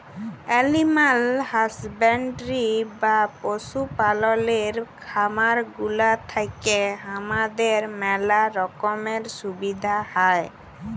animal husbandry বা পশু পাললের খামার গুলা থেক্যে হামাদের ম্যালা রকমের সুবিধা হ্যয়